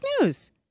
News